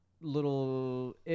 little